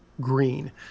green